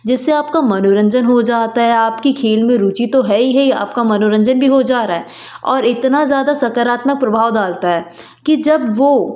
जिससे आपका मनोरंजन हो जाता है आपकी खेल में रुचि तो है ही है आपका मनोरंजन भी हो जा रहा है और इतना ज़्यादा सकारात्मक प्रभाव डालता है कि जब वो